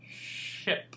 Ship